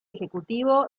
ejecutivo